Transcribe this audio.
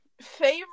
Favorite